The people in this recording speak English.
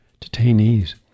detainees